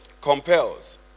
compels